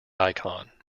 icon